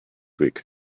week